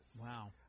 Wow